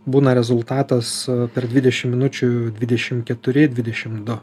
būna rezultatas per dvidešimt minučių dvidešimt keturi dvidešimt du